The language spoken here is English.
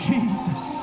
Jesus